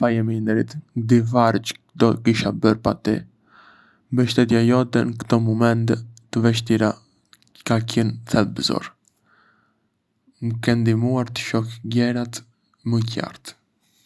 Faleminderit. Ngë di çfarë do të kisha bërë pa ty... mbështetja jote në këto momente të vështira ka qenë thelbësore. Më ke ndihmuar të shoh gjërat më qartë.